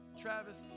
Travis